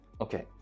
Okay